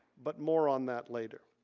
but more on that later.